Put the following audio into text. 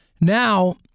now